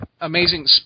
Amazing